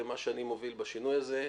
ומה שאני מוביל בשינוי הזה.